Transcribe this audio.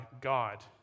God